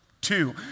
two